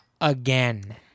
again